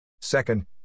Second